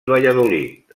valladolid